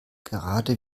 gerade